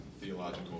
theological